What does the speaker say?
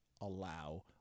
allow